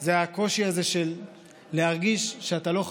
זה הקושי הזה של להרגיש שאתה לא חשוב,